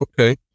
Okay